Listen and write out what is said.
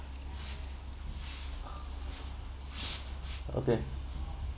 okay